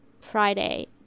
Friday